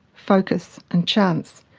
focus, and chance.